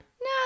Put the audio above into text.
No